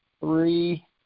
three